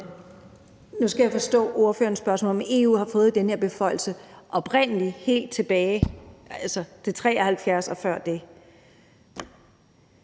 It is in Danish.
Nu skal jeg forstå ordførerens spørgsmål ret, altså om EU har fået den her beføjelse oprindelig, helt tilbage i 1973 og før det.